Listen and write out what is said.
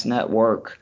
Network